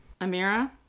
Amira